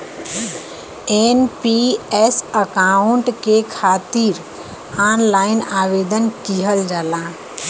NPS account के खातिर online आवेदन किहल जाला